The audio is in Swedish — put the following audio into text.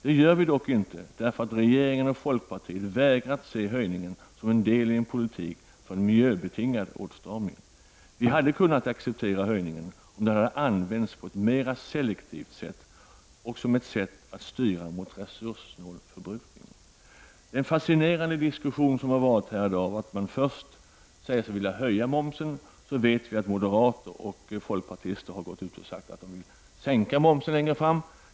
Det gör vi dock inte, eftersom regeringen och folkpartiet vägrar att se höjningen som en del i en politik för en miljöbetingad åtstramning. Vi hade kunnat accepterat höjningen om den hade använts mer selektivt som ett sätt att styra mot resurssnål förbrukning. Det är en fascinerande diskussion som har förts här i dag. Först har man sagt sig vilja höja momsen, och sedan vet vi att moderater och folkpartister har gått ut och sagt sig vilja sänka momsen längre fram.